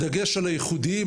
בדגש על הייחודיים,